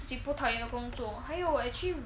自己不讨厌的工作还有我 actually